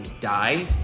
die